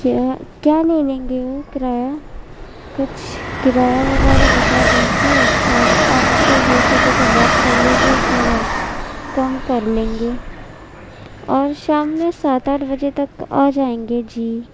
کیا کیا لے لیں گے وہ کرایہ کچھ کرایہ وغیرہ بتا دیجیے اور آپ سے ہو سکے تو بات کر لیجیے تھوڑا تو ہم کر لیں گے اور شام میں سات آٹھ بجے تک آ جائیں گے جی